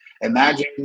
imagine